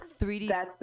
3D